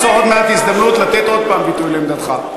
תוכל למצוא עוד מעט הזדמנות לתת עוד הפעם ביטוי לעמדתך.